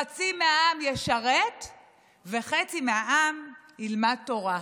חצי מהעם ישרת בצבא והחצי השני ילמד תורה.